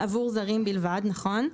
עבור זרים בלבד, נכון.